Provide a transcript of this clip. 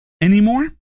anymore